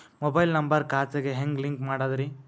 Mobile number ಖಾತೆ ಗೆ ಹೆಂಗ್ ಲಿಂಕ್ ಮಾಡದ್ರಿ?